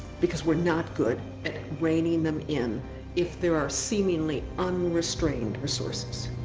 because we're not good at reining them in if there are seemingly unrestrained resources.